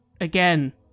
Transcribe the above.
again